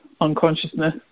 unconsciousness